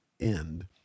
end